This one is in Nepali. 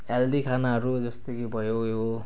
हेल्दी खानाहरू जस्तो कि भयो ऊ यो